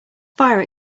fire